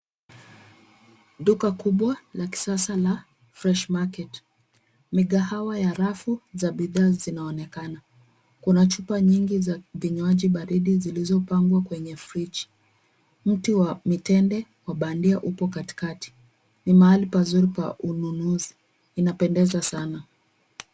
Duka kubwa la kisasa la fresh market . Migahawa ya rafu za bidhaa zinaonekana. Kuna chupa nyingi za vinywaji baridi zilizopangwa kwenye fridge . Mti wa mitende wa bandia ipo katikati. Ni mahali pazuri pa ununuzi. Inapendeza sana.